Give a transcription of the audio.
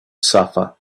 suffer